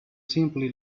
simply